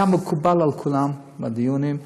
והיה מקובל על כולם בדיונים.